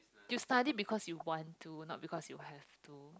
you study because you want to not because you have to